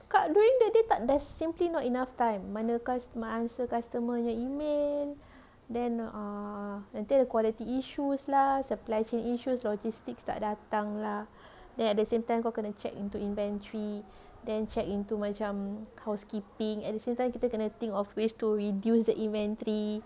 kat during the day tak there's simply not enough time mana answer customer nya email then err nanti ada quality issues lah supply chain issues logistic tak datang lah then at the same time kau kena check into inventory then check into macam housekeeping at the same time kita kena think of ways to reduce the inventory